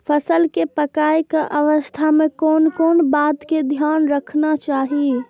फसल के पाकैय के अवस्था में कोन कोन बात के ध्यान रखना चाही?